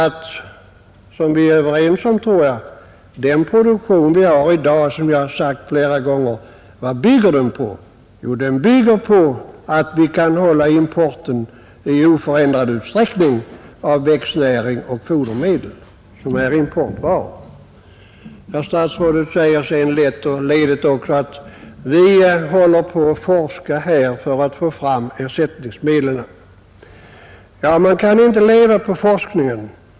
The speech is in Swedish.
Jag tror att vi är överens om att den produktion vi i dag har — som jag har sagt flera gånger — bygger på att vi i oförändrad utsträckning kan importera växtnäring och fodermedel. Herr statsrådet säger sedan lätt och ledigt att forskning pågår för att försöka få fram ersättningsmedel. Ja, men vi kan inte leva på forskningen.